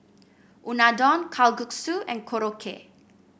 Unadon Kalguksu and Korokke